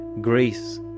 grace